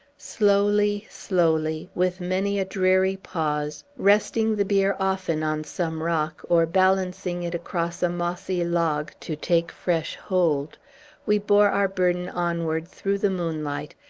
slowly, slowly, with many a dreary pause resting the bier often on some rock or balancing it across a mossy log, to take fresh hold we bore our burden onward through the moonlight,